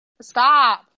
Stop